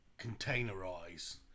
containerize